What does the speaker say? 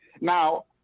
Now